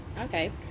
Okay